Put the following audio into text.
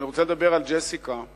אני רוצה לדבר על ג'סיקה פישמן,